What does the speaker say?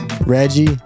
Reggie